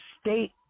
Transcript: state